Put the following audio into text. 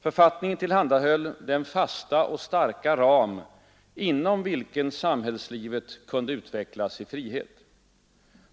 Författningen tillhandahöll den fasta och starka ram inom vilken samhällslivet kunde utvecklas i frihet.